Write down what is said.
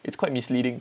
it's quite misleading